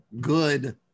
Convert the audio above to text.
good